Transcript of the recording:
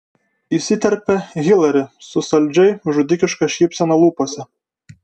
įsiterpia hilari su saldžiai žudikiška šypsena lūpose